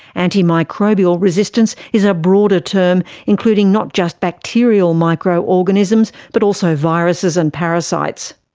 antimicrobial resistance is a broader term including not just bacterial micro-organisms but also viruses and parasites.